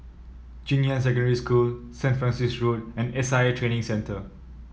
Junyuan Secondary School Saint Francis Road and S I A Training Centre